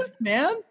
man